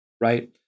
right